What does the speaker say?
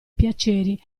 piaceri